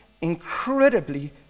incredibly